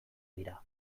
dira